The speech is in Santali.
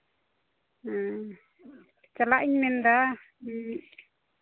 ᱦᱮᱸ ᱪᱟᱞᱟᱜ ᱤᱧ ᱢᱮᱱᱫᱟ ᱦᱮᱸ